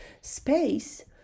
space